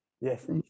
Yes